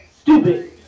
stupid